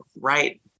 right